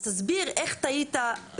אז תסביר איך טעית.